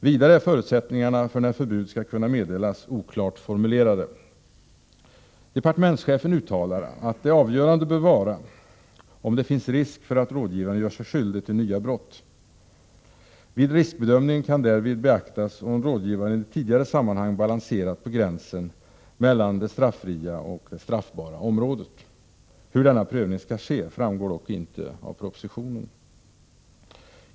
Vidare är förutsättningarna för när förbud skall kunna meddelas oklart utformade. Departementschefen uttalar att det avgörande bör vara om det finns risk för att rådgivaren gör sig skyldig till nya brott. Vid riskbedömningen kan därvid beaktas, om rådgivaren i tidigare sammanhang balanserat på gränsen mellan det straffria och det straffbara området. Hur denna prövning skall ske framgår dock inte i propositionen.